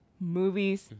movies